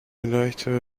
leichtere